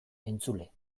entzule